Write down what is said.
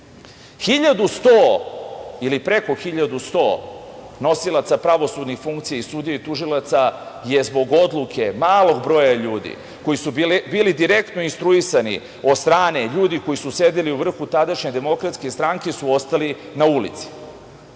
hiljadu i sto nosilaca pravosudnih funkcija i sudija i tužilaca je zbog odluke malog broja ljudi, koji su bili direktno instruisani od strane ljudi koji su sedeli u vrhu tadašnje DS su ostali na ulici.